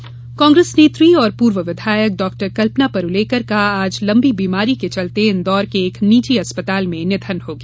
कल्पना परूलेकर कांग्रेस नेत्री और पूर्व विधायक डॉ कल्पना परुलेकर का आज लंबी बीमारी के चलते इंदौर के एक निजी अस्पताल में निधन हो गया